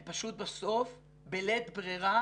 הם פשוט בסוף בלית ברירה